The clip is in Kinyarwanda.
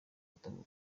atabwa